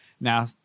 Now